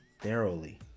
thoroughly